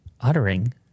Uttering